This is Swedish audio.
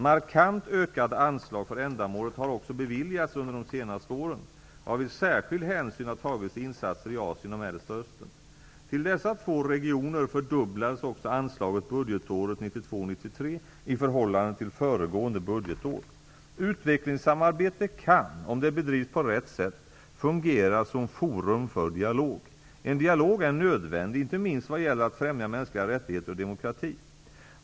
Markant ökade anslag för ändamålet har också beviljats under de senaste åren, varvid särskild hänsyn har tagits till insatser i Asien och Mellersta Östern. Till dessa två regioner fördubblades också anslaget budgetåret 1992/93 i förhållande till föregående budgetår. Utvecklingssamarbete kan, om det bedrivs på rätt sätt, fungera som forum för dialog. En dialog är nödvändig, inte minst vad gäller att främja mänskliga rättigheter och demokrati.